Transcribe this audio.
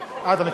לא, הוא פה.